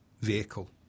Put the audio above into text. vehicle